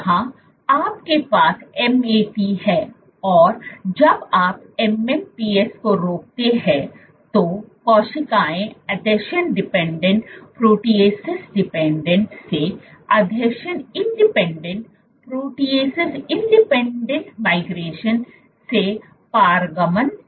यहाँ आपके पास MAT हैऔर जब आप MMPs को रोकते हैं तो कोशिकाएं आसंजन डिपेंडेंट प्रोटीएसस डिपेंडेंट से आसंजन इंडिपेंडेंट प्रोटीएसस इंडिपेंडेंट माइग्रेशन से पारगमन करती हैं